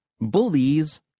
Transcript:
bullies